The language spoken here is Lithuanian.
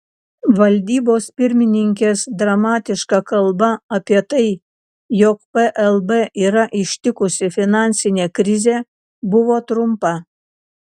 valdybos pirmininkės dramatiška kalba apie tai jog plb yra ištikusi finansinė krizė buvo trumpa